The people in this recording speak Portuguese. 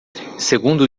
segundo